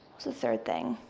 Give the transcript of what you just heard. what's the third thing,